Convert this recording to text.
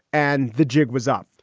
and the jig was up.